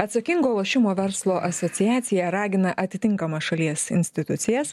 atsakingo lošimo verslo asociacija ragina atitinkamas šalies institucijas